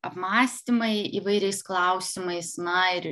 apmąstymai įvairiais klausimais na ir